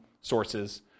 sources